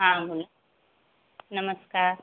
हां बोला नमस्कार